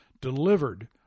delivered